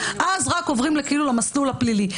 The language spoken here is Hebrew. אז רק עוברים כאילו למסלול הפלילי.